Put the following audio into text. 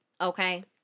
Okay